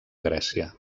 grècia